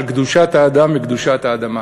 על קדושת האדם וקדושת האדמה,